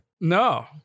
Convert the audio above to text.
No